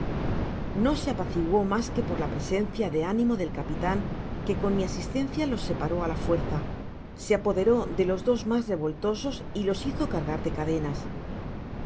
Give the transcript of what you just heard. no se apaciguó masque por la presencia de ánimo del capitan que con mi asistencia los separó á la fuerza se apoderó de los dos mas revoltosos y los hizo cargar de cadenas